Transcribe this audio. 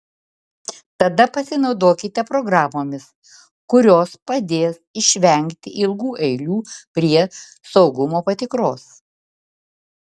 tada pasinaudokite programomis kurios padės išvengti ilgų eilių prie saugumo patikros